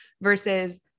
Versus